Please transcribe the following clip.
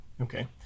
okay